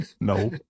No